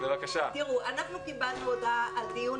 אנחנו קיבלנו הודעה על דיון